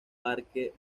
parque